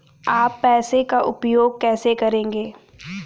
आप पैसे का उपयोग कैसे करेंगे?